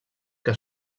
que